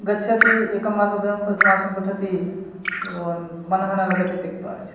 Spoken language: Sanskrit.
गच्छति एकं मासद्वयं मासं पठति मनः न लगति त्यक्त्वा आगच्छति